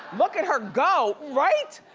look at her go, right?